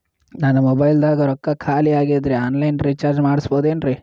ನನ್ನ ಮೊಬೈಲದಾಗ ರೊಕ್ಕ ಖಾಲಿ ಆಗ್ಯದ್ರಿ ಆನ್ ಲೈನ್ ರೀಚಾರ್ಜ್ ಮಾಡಸ್ಬೋದ್ರಿ?